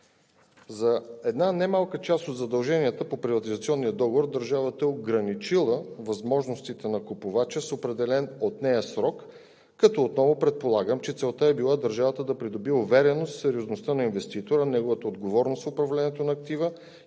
За една немалка част от задълженията по приватизационния договор държавата е ограничила възможностите на купувача с определен от нея срок, като отново предполагам, че целта е била държавата да придобие увереност в сериозността на инвеститора, неговата отговорност в управлението на актива